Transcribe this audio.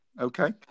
Okay